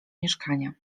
mieszkania